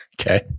Okay